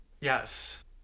Yes